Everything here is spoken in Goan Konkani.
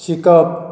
शिकप